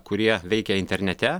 kurie veikia internete